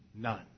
none